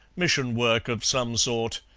mission work of some sort.